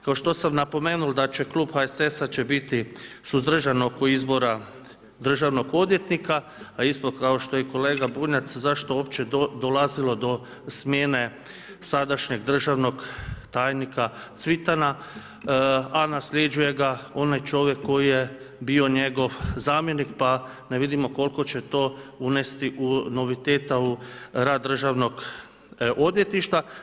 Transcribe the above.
Kao što sam napomenuo da će klub HSS-a će biti suzdržan oko izbora državnog odvjetnika a isto kao što je i kolega Bunjac zašto uopće dolazilo do smjene sadašnjeg državnog tajnika Cvitana a nasljeđuje ga onaj čovjek koji je bio njegov zamjenik pa ne vidimo koliko će to unesti noviteta u rad državnog odvjetništva.